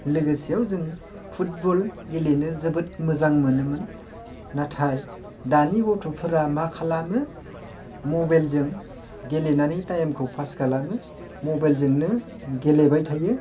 लोगोसेयाव जों फुटबल गेलेनो जोबोद मोजां मोनोमोन नाथाय दानि गथ'फोरा मा खालामो मबाइलजों गेलेनानै टाइमखौ पास खालामो मबाइलजोंनो गेलेबाय थायो